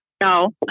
No